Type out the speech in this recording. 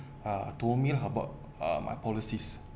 uh told me lah about uh my policies